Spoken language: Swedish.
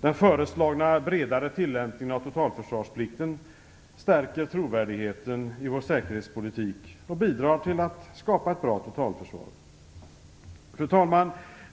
Den föreslagna bredare tillämpningen av totalförsvarsplikten stärker trovärdigheten i vår säkerhetspolitik och bidrar till att skapa ett bra totalförsvar. Fru talman!